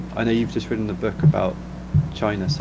i know you've just written a book about china, so